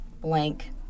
blank